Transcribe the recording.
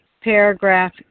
paragraph